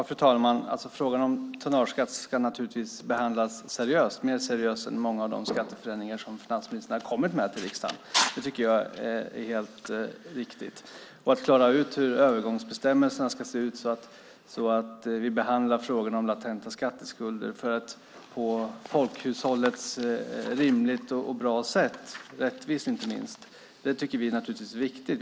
Fru talman! Frågan om tonnageskatt ska naturligtvis behandlas seriöst, mer seriöst än många av de skatteförändringar som finansministern har kommit med till riksdagen. Det tycker jag är helt riktigt. Att klara ut hur övergångsbestämmelserna ska se ut så att vi behandlar frågorna om latenta skatteskulder på ett för folkhushållet rimligt och bra sätt - och, inte minst, rättvist - tycker vi naturligtvis också är viktigt.